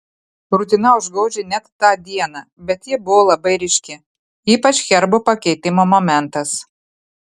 rutina užgožė net tą dieną bet ji buvo labai ryški ypač herbo pakeitimo momentas